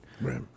Right